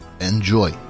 Enjoy